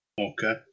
Okay